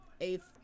eighth